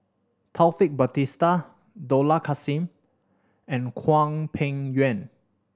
Taufik Batisah Dollah Kassim and Hwang Peng Yuan